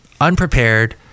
unprepared